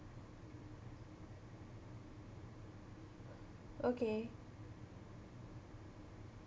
okay